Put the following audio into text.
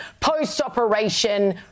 post-operation